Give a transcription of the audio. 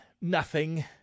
nothing